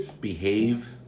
behave